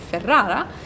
Ferrara